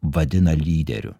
vadina lyderiu